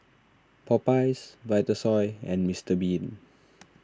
Popeyes Vitasoy and Mister Bean